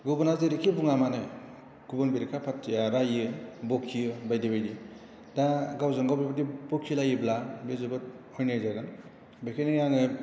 गुबुना जेरैखि बुङा मानो गुबुन बेरेखा पार्टीआ राययो बखियो बायदि बायदि दा गावजों गाव बेबायदि बखिलाययोब्ला बे जोबोद अयनाय जागोन बेखायनो आङो